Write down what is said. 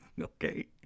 Okay